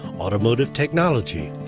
automotive technology,